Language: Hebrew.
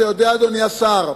אתה יודע, אדוני השר,